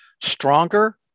stronger